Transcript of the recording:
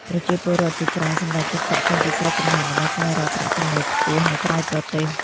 ប្រជាពលរដ្ឋជាច្រើនសម្រេចចិត្តចាកចេញពីស្រុកកំណើតដើម្បីស្វែងរកប្រាក់ចំណូលខ្ពស់នៅក្រៅប្រទេស។